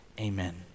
amen